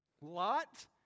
lot